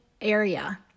area